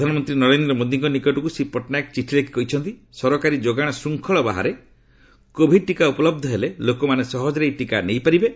ପ୍ରଧାନମନ୍ତ୍ରୀ ନରେନ୍ଦ୍ର ମୋଦିଙ୍କ ନିକଟକୁ ଶ୍ରୀ ପଟ୍ଟନାୟକ ଚିଠି ଲେଖି କହିଛନ୍ତି ସରକାରୀ ଯୋଗାଣ ଶ୍ଚିଙ୍ଖଳ ବାହାରେ କୋଭିଡ ଟିକା ଉପଲବ୍ଧ ହେଲେ ଲୋକମାନେ ସହଜରେ ଏହି ଟିକା ପାଇପାରିବେ